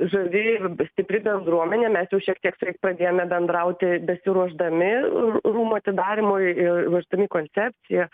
žavi stipri bendruomenė mes jau šiek tiek su jais padėjome bendrauti besiruošdami rūmų atidarymui ir ruošdami koncepciją